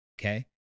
okay